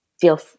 feel